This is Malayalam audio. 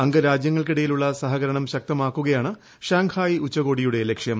അംഗരാജ്യങ്ങൾക്കിടയിലുള്ള സഹകരണം ശക്തമാക്കുകയാണ് ഷാങ്ഹായ് ഉച്ചകോടിയുടെ ലക്ഷ്യം